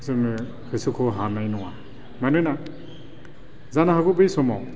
जोङो होसोख' हानाय नङा मानोना जानो हागौ बै समाव